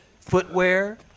footwear